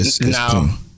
Now